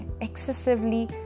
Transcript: excessively